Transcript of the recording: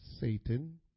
Satan